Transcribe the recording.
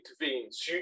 intervenes